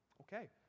Okay